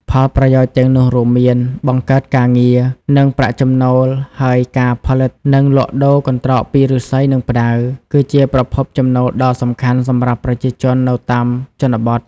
ផលប្រយោជន៍ទាំងនោះរួមមានបង្កើតការងារ និងប្រាក់ចំណូល ហើយការផលិត និងលក់ដូរកន្ត្រកពីឫស្សី និងផ្តៅ គឺជាប្រភពចំណូលដ៏សំខាន់សម្រាប់ប្រជាជននៅតាមជនបទ។